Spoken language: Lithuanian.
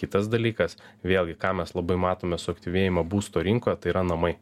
kitas dalykas vėlgi ką mes labai matome suaktyvėjimą būsto rinkoje tai yra namai